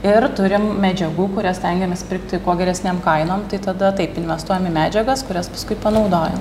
ir turim medžiagų kurias stengiamės pirkti kuo geresnėm kainom tai tada taip investuojam į medžiagas kurias paskui panaudojam